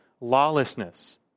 lawlessness